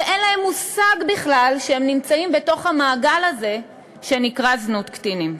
ואין להם מושג בכלל שהם נמצאים בתוך המעגל הזה שנקרא זנות קטינים.